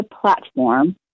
platform